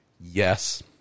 Yes